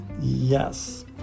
Yes